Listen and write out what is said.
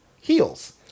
heels